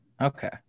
Okay